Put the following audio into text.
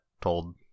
told